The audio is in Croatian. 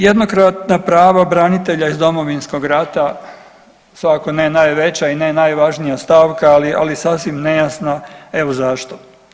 Jednokratna prava branitelja iz Domovinskog rata svakako ne najveća i ne najvažnija stavka, ali sasvim nejasno evo zašto.